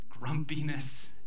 Grumpiness